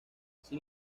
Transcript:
sin